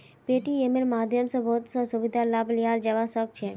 पेटीएमेर माध्यम स बहुत स सुविधार लाभ लियाल जाबा सख छ